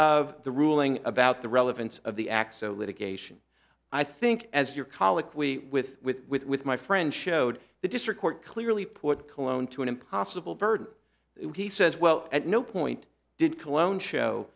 of the ruling about the relevance of the x o litigation i think as your colloquy with with my friend showed the district court clearly put cologne to an impossible burden he says well at no point did cologne show